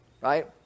right